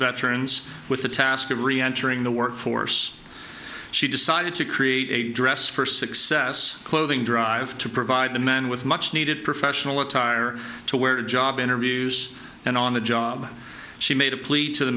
veterans with the task of reentering the workforce she decided to create a dress for success clothing drive to provide the men with much needed professional attire to wear job interviews and on the job she made a plea to the